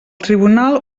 tribunal